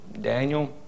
Daniel